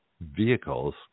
vehicles